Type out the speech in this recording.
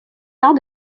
temps